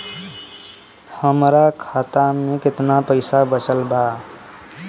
हमरा खाता मे केतना पईसा बचल बा?